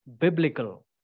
biblical